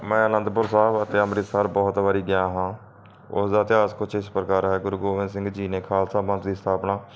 ਮੈਂ ਅਨੰਦਪੁਰ ਸਾਹਿਬ ਅਤੇ ਅੰਮ੍ਰਿਤਸਰ ਬਹੁਤ ਵਾਰੀ ਗਿਆ ਹਾਂ ਉਸ ਦਾ ਇਤਿਹਾਸ ਕੁਝ ਇਸ ਪ੍ਰਕਾਰ ਹੈ ਗੁਰੂ ਗੋਬਿੰਦ ਸਿੰਘ ਜੀ ਨੇ ਖਾਲਸਾ ਪੰਥ ਦੀ ਸਥਾਪਨਾ